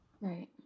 Right